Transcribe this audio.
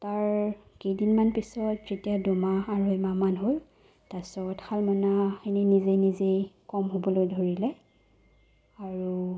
তাৰ কেইদিনমান পিছত যেতিয়া দুমাহ আঢ়ৈ মাহমান হ'ল তাৰপাছত শালমইনাখিনি নিজে নিজেই কম হ'বলৈ ধৰিলে আৰু